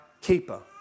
Keeper